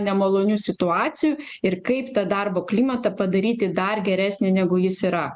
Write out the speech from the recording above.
nemalonių situacijų ir kaip tą darbo klimatą padaryti dar geresnį negu jis yra